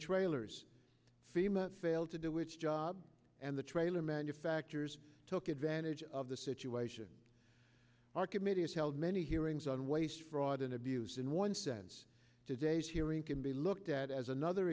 trailers fema failed to do which job and the trailer manufacturers took advantage of the situation archimedes held many hearings on waste fraud and abuse in one sense today's hearing can be looked at as another